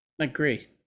agree